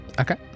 Okay